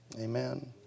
Amen